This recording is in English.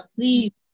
please